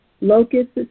Locusts